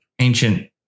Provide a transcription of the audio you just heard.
ancient